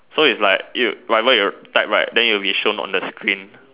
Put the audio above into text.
so its like you whatever you type right then it will be shown on the screen